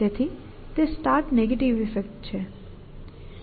તેથી તે start negative effect છે